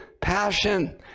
passion